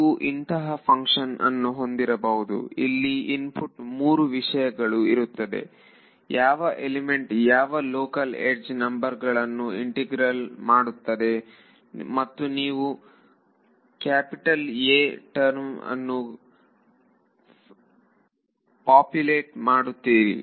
ನೀವು ಇಂತಹ ಫಂಕ್ಷನ್ ಅನ್ನು ಹೊಂದಿರಬಹುದು ಇಲ್ಲಿ ಇನ್ಪುಟ್ 3 ಮೂರು ವಿಷಯಗಳು ಇರುತ್ತದೆ ಯಾವ ಎಲಿಮೆಂಟ್ ಯಾವ ಲೋಕಲ್ ಯಡ್ಜ್ ನಂಬರ್ ಗಳನ್ನು ಇಂಟಿಗ್ರಲ್ ಮಾಡುತ್ತದೆ ಮತ್ತು ನೀವು ಕ್ಯಾಪಿಟಲ್ A ಟರ್ಮ್ ಅನ್ನು ಪಾಪ್ಯುಲೇಟ್ ಮಾಡುತ್ತೀರಿ